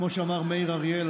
כמו שאמר מאיר אריאל,